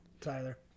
Tyler